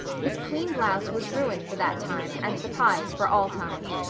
his clean blouse was ruined for that time and the pies for all time.